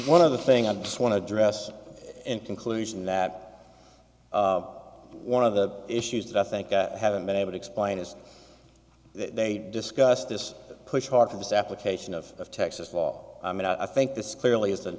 one other thing i just want to address in conclusion that one of the issues that i think i haven't been able to explain is they discussed this push hard for this application of texas law i mean i think this clearly is